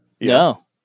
No